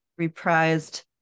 reprised